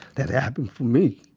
that happened for me.